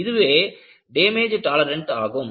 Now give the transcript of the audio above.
இதுவே damage tolerant ஆகும்